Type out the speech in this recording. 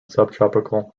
subtropical